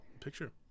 Picture